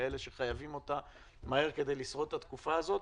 לאלה שחייבים אותה מהר כדי לשרוד את התקופה הזאת.